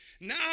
now